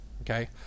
Okay